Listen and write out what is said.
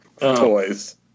toys